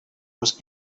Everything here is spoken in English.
was